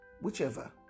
whichever